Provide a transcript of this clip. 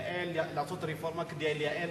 לעשות רפורמה כדי לייעל?